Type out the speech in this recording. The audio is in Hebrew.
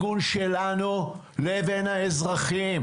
כמובן אם ירצו נציגי המשרד לביטחון פנים,